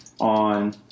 on